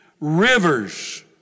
Rivers